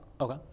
Okay